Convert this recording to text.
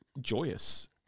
joyous